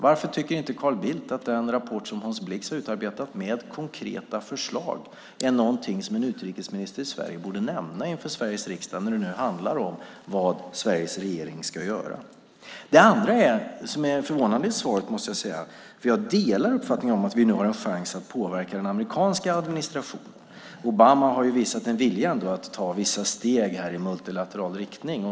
Varför tycker inte Carl Bildt att den rapport som Hans Blix har utarbetat med konkreta förslag är någonting som en utrikesminister i Sverige borde nämna inför Sveriges riksdag när vi nu diskuterar vad Sveriges regering ska göra? Jag delar uppfattningen att vi nu har en chans att påverka den amerikanska administrationen. Obama har ju visat en vilja att ta vissa steg i multilateral riktning.